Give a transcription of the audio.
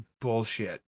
Bullshit